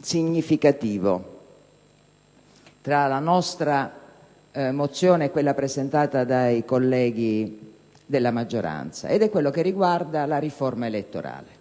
significativo, tra la nostra mozione e quella presentata dai colleghi della maggioranza. Esso riguarda la riforma elettorale.